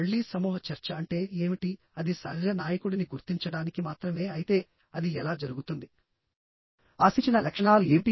మళ్లీ సమూహ చర్చ అంటే ఏమిటి అది సహజ నాయకుడిని గుర్తించడానికి మాత్రమే అయితే అది ఎలా జరుగుతుంది ఆశించిన లక్షణాలు ఏమిటి